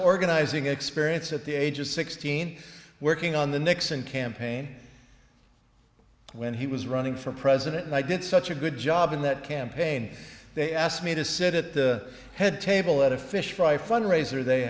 organizing experience at the age of sixteen working on the nixon campaign when he was running for president and i did such a good job in that campaign they asked me to sit at the head table at a fish fry fundraiser they